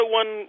one